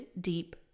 deep